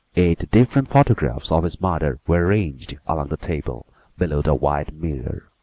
eight different photographs of his mother were ranged along the table below the wide mirror,